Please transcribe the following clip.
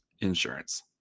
insurance